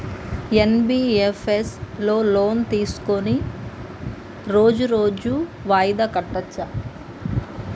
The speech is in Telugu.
ఎన్.బి.ఎఫ్.ఎస్ లో లోన్ తీస్కొని రోజు రోజు వాయిదా కట్టచ్ఛా?